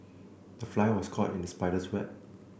the fly was caught in the spider's web